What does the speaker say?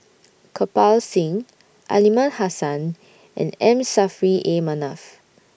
Kirpal Singh Aliman Hassan and M Saffri A Manaf